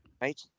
Right